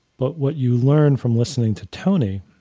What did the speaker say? but what you learn from listening to tony,